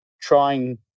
trying